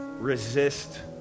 Resist